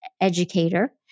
educator